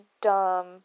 dumb